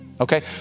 Okay